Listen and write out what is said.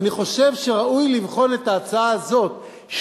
אני חושב שראוי לבחון את ההצעה הזאת,